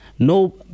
No